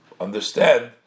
understand